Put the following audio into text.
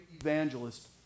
evangelist